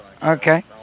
Okay